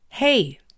Hey